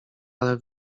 ale